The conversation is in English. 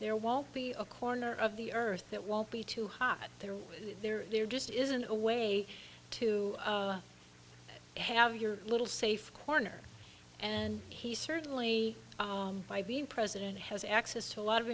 there won't be a corner of the earth that won't be too hot they're there they're just isn't a way to have your little safe corner and he certainly by being president has access to a lot of